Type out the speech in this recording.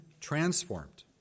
transformed